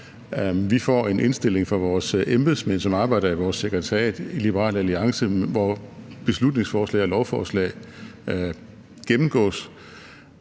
Vi får en indstilling fra vores embedsmænd, som arbejder i vores sekretariat i Liberal Alliance, hvor beslutningsforslag og lovforslag gennemgås,